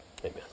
Amen